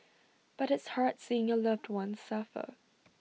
but it's hard seeing your loved one suffer